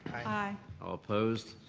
aye. all oppose?